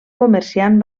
comerciant